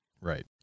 Right